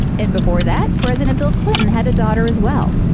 and before that, president bill clinton had a daughter as well.